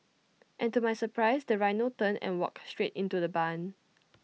and to my surprise the rhino turned and walked straight into the barn